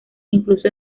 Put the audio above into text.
incluso